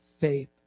faith